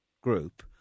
group